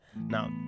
Now